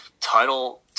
Title